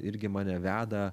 irgi mane veda